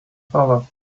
father